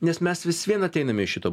nes mes vis vien ateiname iš šito